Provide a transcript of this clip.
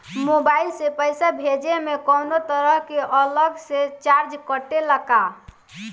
Mobile से पैसा भेजे मे कौनों तरह के अलग से चार्ज कटेला का?